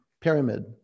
Pyramid